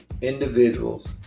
Individuals